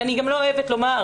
אני לא אוהבת לומר,